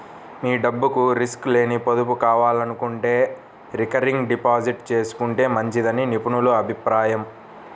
మీ డబ్బుకు రిస్క్ లేని పొదుపు కావాలనుకుంటే రికరింగ్ డిపాజిట్ చేసుకుంటే మంచిదని నిపుణుల అభిప్రాయం